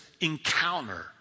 encounter